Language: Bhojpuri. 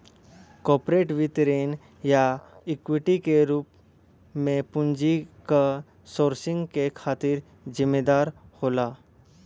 कॉरपोरेट वित्त ऋण या इक्विटी के रूप में पूंजी क सोर्सिंग के खातिर जिम्मेदार होला